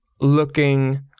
looking